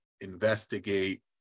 investigate